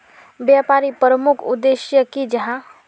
व्यापारी प्रमुख उद्देश्य की जाहा?